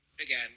again